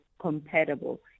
compatible